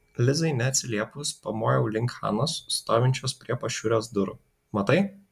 lizai neatsiliepus pamojau link hanos stovinčios prie pašiūrės durų matai